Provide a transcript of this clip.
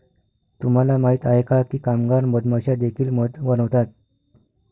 तुम्हाला माहित आहे का की कामगार मधमाश्या देखील मध बनवतात?